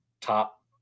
top